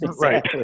Right